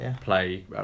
play